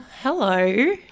Hello